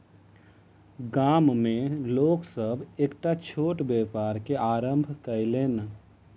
गाम में लोक सभ एकटा छोट व्यापार के आरम्भ कयलैन